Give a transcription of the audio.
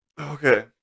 okay